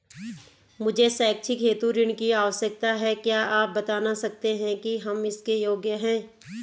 मुझे शैक्षिक हेतु ऋण की आवश्यकता है क्या आप बताना सकते हैं कि हम इसके योग्य हैं?